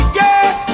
yes